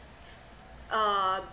uh